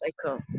cycle